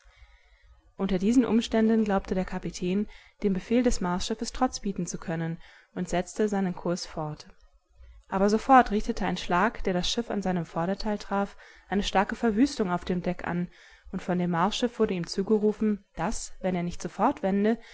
unter diesen umständen glaubte der kapitän dem befehl des marsschiffes trotz bieten zu können und setzte seinen kurs fort aber sofort richtete ein schlag der das schiff an seinem vorderteil traf eine starke verwüstung auf dem deck an und von dem marsschiff wurde ihm zugerufen daß wenn er nicht sofort